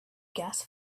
gas